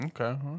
Okay